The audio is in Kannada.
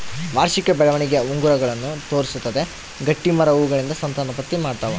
ವಾರ್ಷಿಕ ಬೆಳವಣಿಗೆಯ ಉಂಗುರಗಳನ್ನು ತೋರಿಸುತ್ತದೆ ಗಟ್ಟಿಮರ ಹೂಗಳಿಂದ ಸಂತಾನೋತ್ಪತ್ತಿ ಮಾಡ್ತಾವ